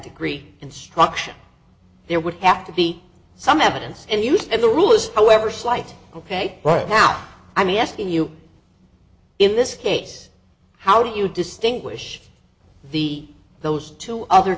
degree instruction there would have to be some evidence and used in the rules however slight ok right now i'm asking you in this case how do you distinguish the those two other